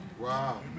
Wow